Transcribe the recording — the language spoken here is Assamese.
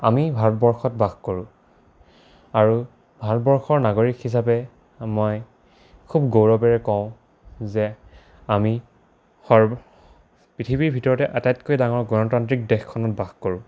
আমি ভাৰতবৰ্ষত বাস কৰোঁ আৰু ভাৰতবৰ্ষৰ নাগৰিক হিচাপে মই খুব গৌৰৱেৰে কওঁ যে আমি পৃথিৱীৰ ভিতৰতে আটাইতকৈ ডাঙৰ গণতান্ত্ৰিক দেশখনত বাস কৰোঁ